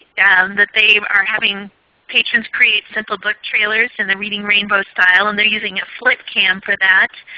yeah um that they are having patrons create simple book trailers in the reading rainbow style. and they're using a flip cam for that.